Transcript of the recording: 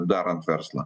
darant verslą